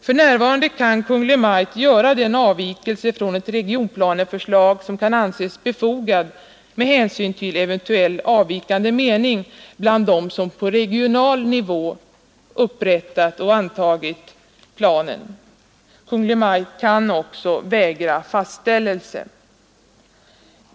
För närvarande kan Kungl. Maj:t göra den avvikelse från ett regionplaneförslag som anses befogad med hänsyn till eventuell avvikande mening bland dem som på regional nivå upprättat och antagit planen. Kungl. 119 Maj:t kan också vägra fastställelse.